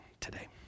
today